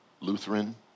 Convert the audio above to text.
Lutheran